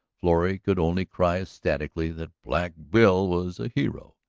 florrie could only cry ecstatically that black bill was a hero!